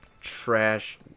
trash